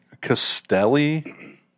Castelli